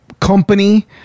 company